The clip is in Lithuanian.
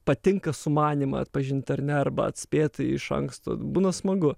patinka sumanymą atpažint ar ne arba atspėti iš anksto būna smagu